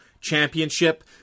championship